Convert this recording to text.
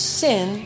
sin